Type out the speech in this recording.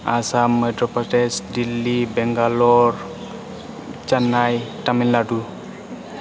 आसाम मैध्य प्रदेस दिल्लि बेंगाल'र चेन्नाइ टामिल नाडु